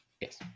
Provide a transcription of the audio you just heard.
Yes